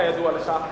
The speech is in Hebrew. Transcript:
כידוע לך,